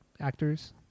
actors